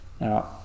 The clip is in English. Now